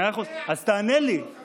מאה אחוז, אז תענה לי,